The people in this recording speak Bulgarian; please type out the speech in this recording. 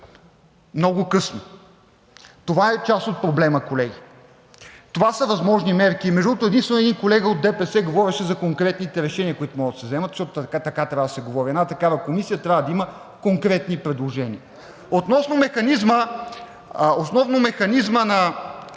много късно, това е част от проблема, колеги. Тези са възможните мерки. Между другото, единствено един колега от ДПС говореше за конкретните решения, които могат да се вземат, защото така трябва да се говори. Една такава комисия трябва да има конкретни предложения. Относно механизма за капацитети,